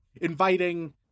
inviting